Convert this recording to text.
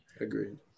Agreed